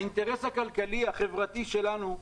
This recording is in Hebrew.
האינטרס הכלכלי, החברתי שלנו,